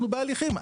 אנחנו בהליכים.